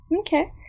Okay